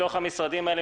מתוך המשרדים האלה,